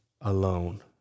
alone